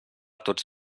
tots